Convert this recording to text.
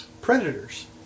Predators